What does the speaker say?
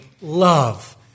love